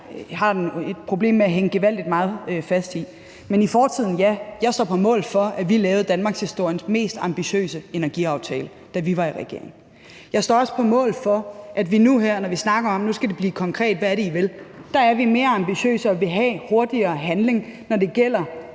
har et problem med at hænge gevaldigt meget fast i. Men med hensyn til fortiden står jeg på mål for, at vi lavede danmarkshistoriens mest ambitiøse energiaftale, da vi var i regering. Jeg står også på mål for, at vi nu her, når vi snakker om, at det skal blive konkret, hvad det er, vi vil, er mere ambitiøse og vil have hurtigere handling, når det gælder